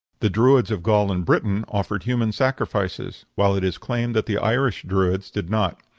the druids of gaul and britain offered human sacrifices, while it is claimed that the irish druids did not.